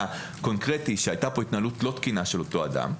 קונקרטי שהייתה התנהלות לא תקינה של אותו אדם,